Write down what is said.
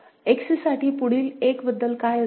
X साठी पुढील 1 बद्दल काय असेल